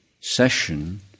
session